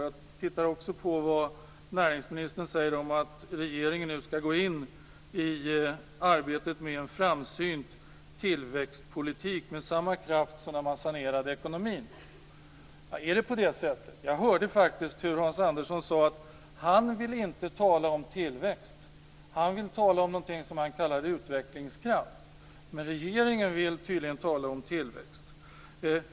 Jag läste också vad näringsministern säger om att regeringen nu skall gå in i arbetet med en framsynt tillväxtpolitik med samma kraft som när man sanerade ekonomin. Är det på det sättet? Jag hörde faktiskt hur Hans Andersson sade att han inte ville tala om tillväxt. Han vill tala om något som han kallar utvecklingskraft. Men regeringen vill tydligen tala om tillväxt.